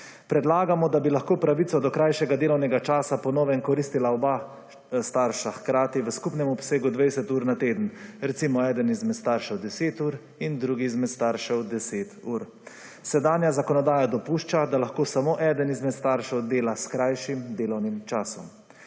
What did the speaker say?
Predlagamo, da bi lahko pravico do krajšega delovnega časa po novem koristila oba starša hkrati v skupnem obsegu 20 ur na teden. Recimo eden izmed staršev 10 ur in drugi izmed staršev 10 ur. Sedanja zakonodaja dopušča, da lahko samo eden izmed staršev dela s krajšim delovnim časom.